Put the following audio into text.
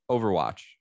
Overwatch